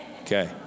Okay